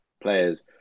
players